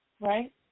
right